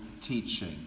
teaching